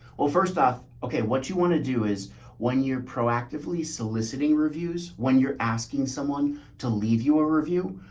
well, first off, okay, what do you want to do is when you're proactively soliciting reviews, when you're asking someone to leave your review,